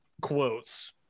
quotes